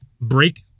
break